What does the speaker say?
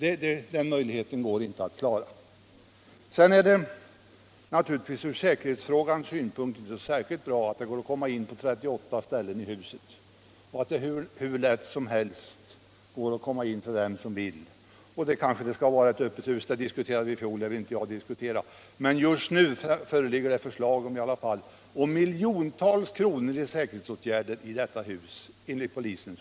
Från sikerhetssynpunkt är det heller inte bra att det för vem som vill går hur lätt som helst att ta sig in i huset på 38 ställen. Det är möjligt att riksdagen skall arbeta i ett öppet hus, men den frågan diskuterade vi i fjol och jag vill inte ta upp den igen. F. n. föreligger i varje fall i enlighet med önskemål från polisen ett förslag om anslag med miljontals kronor för säkerhetsåtgärder i detta hus.